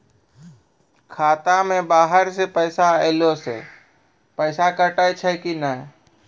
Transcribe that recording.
खाता मे बाहर से पैसा ऐलो से पैसा कटै छै कि नै?